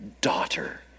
daughter